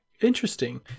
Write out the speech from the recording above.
Interesting